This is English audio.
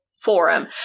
forum